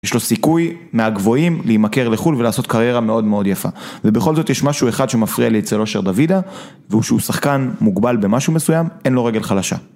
יש לו סיכוי מהגבוהים להימכר לחו"ל ולעשות קריירה מאוד מאוד יפה. ובכל זאת יש משהו אחד שמפריע לי אצל אושר דוידה, והוא שהוא שחקן מוגבל במשהו מסוים, אין לו רגל חלשה.